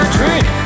drink